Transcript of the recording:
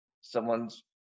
someone's